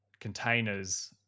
containers